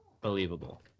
believable